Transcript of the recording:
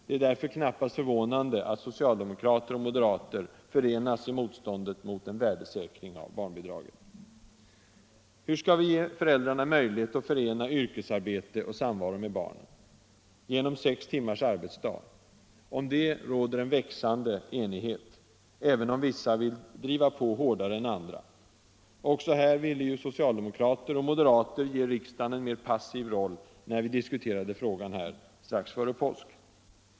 Det är därför knappast förvånande att socialdemokrater och moderater enas i motståndet mot värdesäkring av barnbidraget. Hur skall vi ge föräldrarna möjlighet att förena yrkesarbete och samvaro med barnen? Jo, genom sex timmars arbetsdag. Om detta råder det en växande enighet, även om vissa vill driva på hårdare än andra. Också här ville ju socialdemokrater och moderater ge riksdagen en mer passiv roll när vi diskuterade frågan strax före påsk.